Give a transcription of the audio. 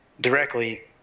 directly